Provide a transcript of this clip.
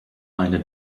eine